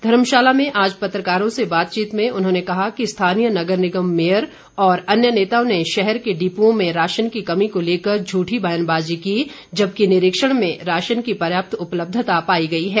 धर्मशाला में आज पत्रकारों से बातचीत में उन्होंने कहा कि स्थानीय नगर निगम मेयर और अन्य नेताओं ने शहर के डिप्रओं में राशन की कमी को लेकर झूठी बयानबाज़ी की जबकि निरीक्षण में राशन की पर्याप्त उपलब्यता पाई गई है